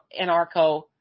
anarcho